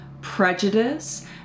prejudice